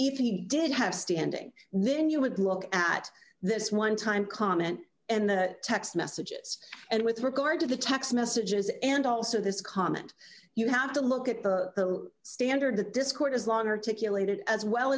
if he did have standing then you would look at this one time comment and the to messages and with regard to the text messages and also this comment you have to look at the standard the discord as long articulated as well